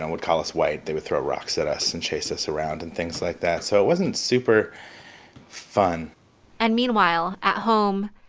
and would call us white. they would throw rocks at us and chase us around and things like that. so it wasn't super fun and meanwhile, at home,